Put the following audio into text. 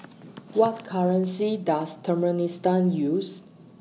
What currency Does Turkmenistan use